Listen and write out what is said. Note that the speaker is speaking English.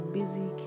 busy